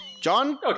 John